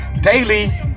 daily